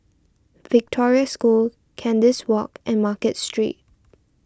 Victoria School Kandis Walk and Market Street